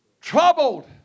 Troubled